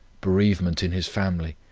bereavement in his family,